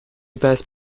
passe